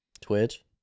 Twitch